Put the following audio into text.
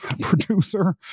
producer